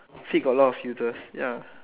fit got a lot of uses ya